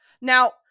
Now